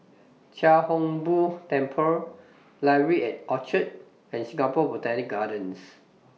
Chia Hung Boo Temple Library At Orchard and Singapore Botanic Gardens